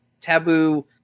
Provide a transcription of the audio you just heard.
taboo